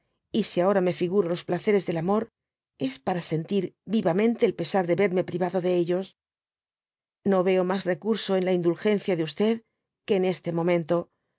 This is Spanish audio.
y si ahora me figuro los placeres del amor es para sentir vivamente el pesar de verme privado de ellos no veo mas recurso en la indulgencia de que en este momento